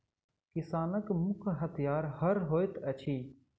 किसानक मुख्य हथियार हअर होइत अछि